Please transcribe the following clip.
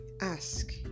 ask